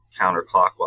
counterclockwise